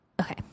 okay